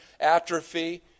atrophy